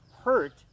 hurt